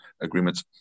agreements